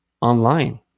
online